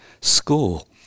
School